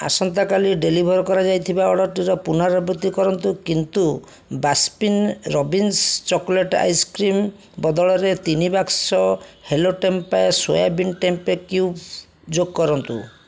ଆସନ୍ତା କାଲି ଡେଲିଭର୍ କରାଯାଉଥିବା ଅର୍ଡ଼ର୍ଟିର ପୁନରାବୃତ୍ତି କରନ୍ତୁ କିନ୍ତୁ ବାସ୍କିନ୍ ରବିନ୍ସ ଚକୋଲେଟ୍ ଆଇସ୍କ୍ରିମ୍ ବଦଳରେ ତିନି ବାକ୍ସ Hello Tempayy soybean tempeh cube ଯୋଗ କରନ୍ତୁ